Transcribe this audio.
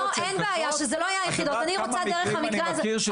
את יודעת כמה מקרים אני מכיר של עדויות קשות?